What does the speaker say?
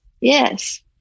yes